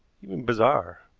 even bizarre.